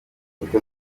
andika